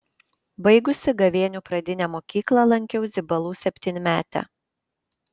baigusi gavėnių pradinę mokyklą lankiau zibalų septynmetę